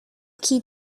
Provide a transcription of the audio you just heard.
key